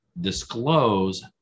disclose